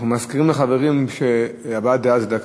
אנחנו מזכירים לחברים שהבעת דעה זה דקה.